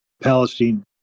Palestine